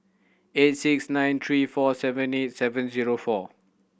eight six nine three four seven eight seven zero four